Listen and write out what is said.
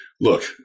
look